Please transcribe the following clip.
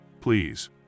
Please